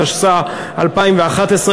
התשס"א 2011,